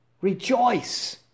rejoice